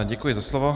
Děkuji za slovo.